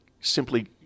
simply